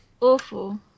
Awful